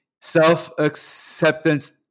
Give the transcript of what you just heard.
self-acceptance